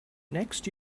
next